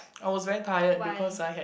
I was very tired because I had